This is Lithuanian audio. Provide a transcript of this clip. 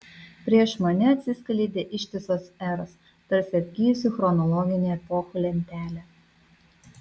prieš mane atsiskleidė ištisos eros tarsi atgijusi chronologinė epochų lentelė